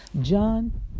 John